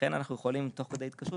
לכן אנחנו יכולים תוך כדי התקשרות